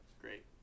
great